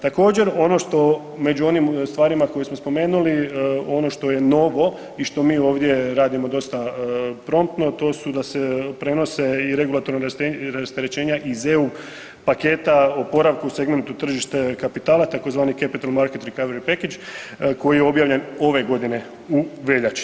Također ono što među onim stvarima koje smo spomenuli, ono što je novo i što mi ovdje radimo dosta promptno to su da se prenose i regulatorna rasterećenja iz EU paketa oporavku segmentu tržišta kapitala tzv. Capital Markets Recovery Package koji je objavljen ove godine u veljači.